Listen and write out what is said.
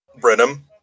Brenham